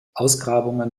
ausgrabungen